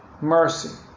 mercy